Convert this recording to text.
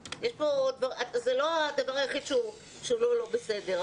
זה לא הדבר היחיד שהוא לא בסדר,